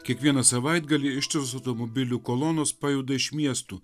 kiekvieną savaitgalį ištisos automobilių kolonos pajuda iš miestų